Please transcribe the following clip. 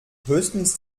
höchstens